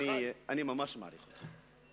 אדוני היושב-ראש, אני ממש מעריך אותך,